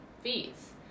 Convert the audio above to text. fees